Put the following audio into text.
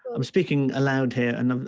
i'm speaking aloud here, and um